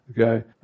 okay